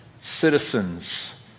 citizens